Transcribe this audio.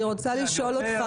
אני רוצה לשאול אותך